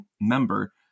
member